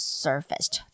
surfaced